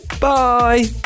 bye